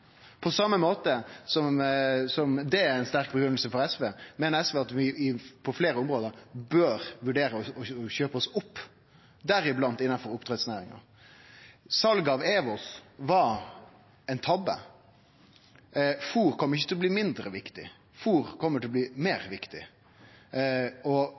På same måten som dette er ei sterk grunngjeving for SV, meiner SV at vi på fleire område bør vurdere å kjøpe oss opp, deriblant innanfor oppdrettsnæringa. Salet av EWOS var ein tabbe. Fôr kjem ikkje til å bli mindre viktig, fôr kjem til å bli meir